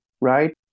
right